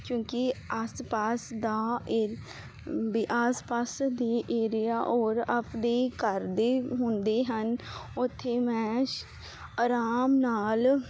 ਕਿਉਂਕੀ ਆਸ ਪਾਸ ਦੇ ਏਰੀਆ ਔਰ ਆਪਦੀ ਘਰ ਦੀ ਹੁੰਦੀ ਹਨ ਉੱਥੇ ਮੈਂ ਆਰਾਮ ਨਾਲ